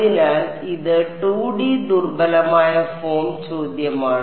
അതിനാൽ ഇത് 2D ദുർബലമായ ഫോം ചോദ്യമാണ്